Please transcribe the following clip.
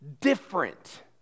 different